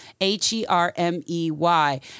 H-E-R-M-E-Y